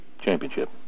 Championship